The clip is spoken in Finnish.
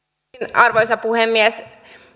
arvoisa puhemies